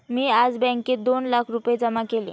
मी आज बँकेत दोन लाख रुपये जमा केले